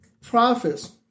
prophets